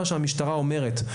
למרות מה שהמשטרה אומרת,